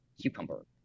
cucumber